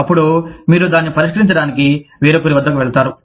అప్పుడు మీరు దాన్ని పరిష్కరించడానికి వేరొకరి వద్దకు వెళతారు